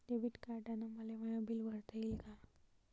Debit कार्डानं मले my bill भरता येईन का?